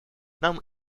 нам